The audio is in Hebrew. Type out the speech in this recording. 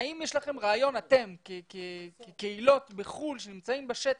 האם יש לכם רעיון כקהילות בחו"ל שנמצאים בשטח,